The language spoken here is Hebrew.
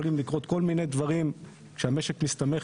יכולים לקרות כל מיני דברים שהמשק מסתמך